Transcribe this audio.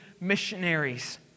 missionaries